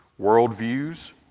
worldviews